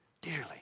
dearly